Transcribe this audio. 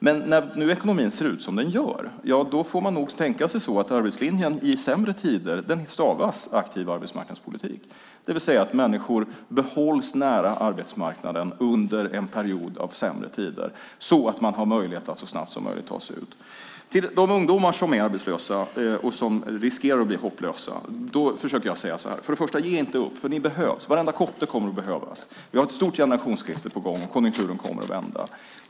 Men när nu ekonomin ser ut som den gör får man nog tänka sig att arbetslinjen i sämre tider stavas aktiv arbetsmarknadspolitik, det vill säga att människor behålls nära arbetsmarknaden under en period av sämre tider så att man har möjlighet att så snabbt som möjligt ta sig ut. Till de ungdomar som är arbetslösa och som riskerar att bli hopplösa försöker jag för det första att säga så här: Ge inte upp! Ni behövs. Varenda kotte kommer att behövas. Vi har ett stort generationsskifte på gång, och konjunkturen kommer att vända.